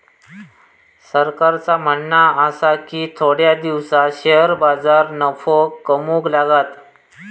सरकारचा म्हणणा आसा की थोड्या दिसांत शेअर बाजार नफो कमवूक लागात